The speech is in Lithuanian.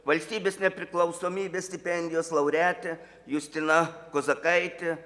valstybės nepriklausomybės stipendijos laureatė justina kozakaitė